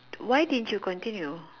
what didn't you continue